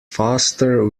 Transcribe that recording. faster